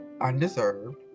undeserved